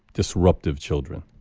disruptive children.